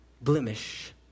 blemish